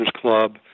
Club